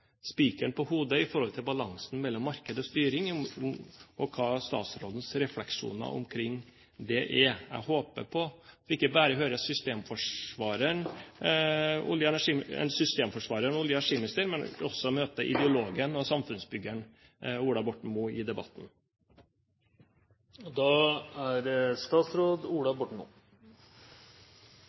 spikeren på hodet når det gjelder balansen mellom marked og styring, og hva statsrådens refleksjoner omkring det er. Jeg håper på ikke bare å høre en systemforsvarer og en olje- og energiminister, men også å møte ideologen og samfunnsbyggeren Ola Borten Moe i debatten.